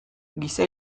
giza